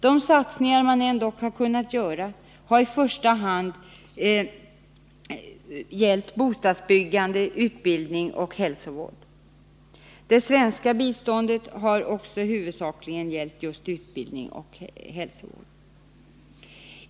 De satsningar man ändå har kunnat göra har i första hand gällt bostadsbyggande, utbildning och hälsovård. Det svenska biståndet har också huvudsakligen gällt just utbildning och hälsovård.